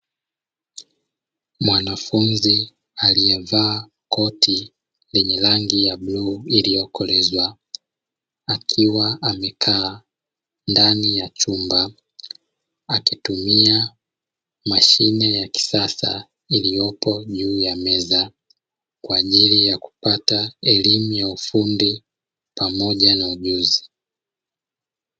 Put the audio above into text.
Mwanafunzi aliyevaa koti lenye rangi ya bluu iliyokolezwa, akiwa amekaa ndani ya chumba akitumia mashine ya kisasa iliyopo juu ya meza, kwa ajili ya kupata elimu ya ufundi pamoja na ujuzi.